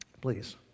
please